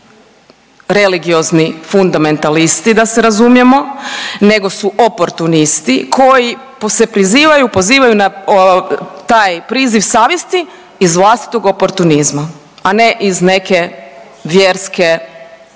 religiozni fundamentalisti da se razumijemo, nego su oportunisti koji se pozivaju i pozivaju na taj priziv savjesti iz vlastitog oportunizma, a ne iz neke vjerske